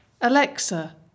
Alexa